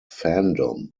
fandom